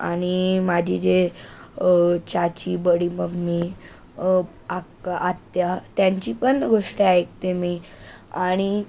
आणि माझी जे चाची बडी मम्मी आक्का आत्त्या त्यांची पण गोष्ट ऐकते मी आणि